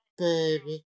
baby